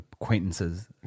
acquaintances